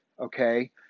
Okay